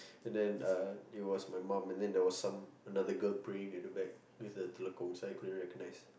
and then uh it was my mom and then there was some another girl praying at the back with a telekung so I couldn't recognize